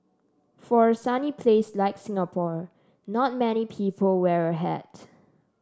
for a sunny place like Singapore not many people wear a hat